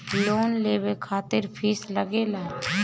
Loan लेवे खातिर fees लागेला?